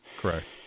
Correct